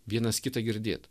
vienas kitą girdėt